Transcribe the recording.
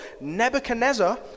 Nebuchadnezzar